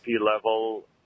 level